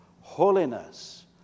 Holiness